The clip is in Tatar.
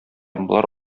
болар